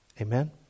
Amen